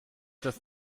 das